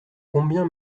combien